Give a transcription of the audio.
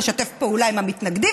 לשתף פעולה עם המתנגדים,